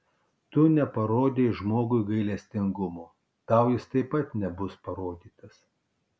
tu neparodei žmogui gailestingumo tau jis taip pat nebus parodytas